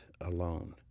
alone